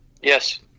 Yes